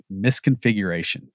misconfiguration